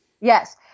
Yes